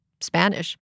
Spanish